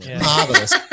Marvelous